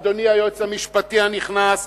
אדוני היועץ המשפטי הנכנס,